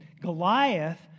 Goliath